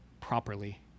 properly